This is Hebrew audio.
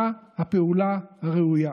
מה הפעולה הראויה.